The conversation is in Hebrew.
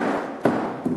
מלר-הורוביץ: